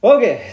Okay